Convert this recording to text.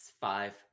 five